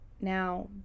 Now